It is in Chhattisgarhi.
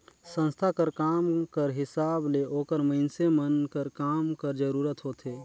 संस्था कर काम कर हिसाब ले ओकर मइनसे मन कर काम कर जरूरत होथे